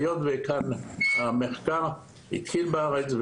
היות והמחקר התחיל בארץ,